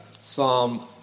Psalm